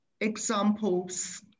examples